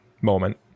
moment